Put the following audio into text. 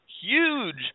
huge